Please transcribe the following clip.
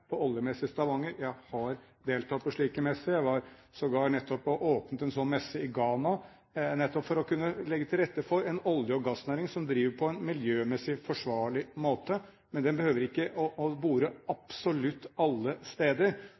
på oljemesse i Stavanger. Jeg har deltatt på slike messer. Jeg var sågar nettopp og åpnet en slik messe i Ghana, nettopp for å kunne legge til rette for en olje- og gassnæring som driver på en miljømessig forsvarlig måte. Men den behøver ikke å bore absolutt alle steder.